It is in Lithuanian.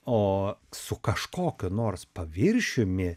o su kažkokiu nors paviršiumi